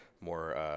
more